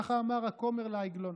כך אמר הכומר לעגלון.